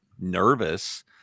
nervous